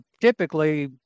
typically